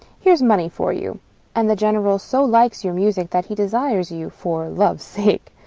here's money for you and the general so likes your music, that he desires you, for love's sake,